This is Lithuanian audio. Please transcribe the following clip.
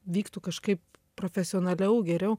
vyktų kažkaip profesionaliau geriau